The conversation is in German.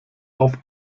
auf